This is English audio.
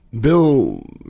Bill